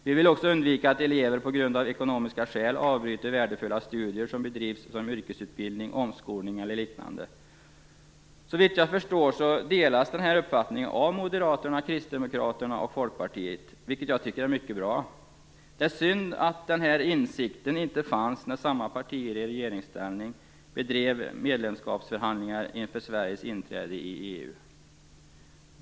Vi vill undvika att elever på grund av ekonomiska skäl avbryter värdefulla studier som bedrivs som yrkesutbildning, omskolning eller liknande. Så vitt jag har förstått delas denna uppfattning av Moderaterna, Kristdemokraterna och Folkpartiet, vilket jag tycker är mycket bra. Det är synd att den här insikten inte fanns när samma partier i regeringsställning bedrev medlemskapsförhandlingar inför Sveriges inträde i EU.